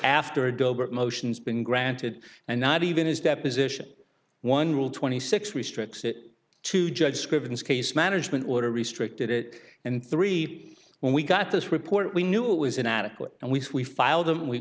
after dover motions been granted and not even his deposition one rule twenty six restricts it to judge scrivener's case management order restricted it and three when we got this report we knew it was inadequate and weeks we filed them we